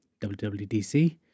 WWDC